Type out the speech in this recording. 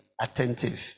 attentive